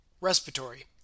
Respiratory